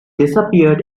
disappeared